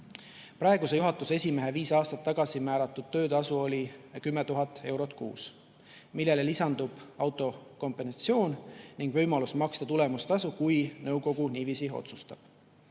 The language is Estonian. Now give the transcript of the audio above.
Praeguse juhatuse esimehe viis aastat tagasi määratud töötasu oli 10 000 eurot kuus, millele lisandub autokompensatsioon ning võimalus maksta tulemustasu, kui nõukogu niiviisi otsustab.